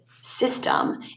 system